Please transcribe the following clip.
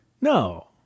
No